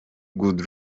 good